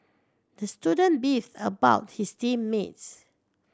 the student beefed about his team mates